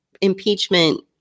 impeachment